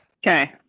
okay,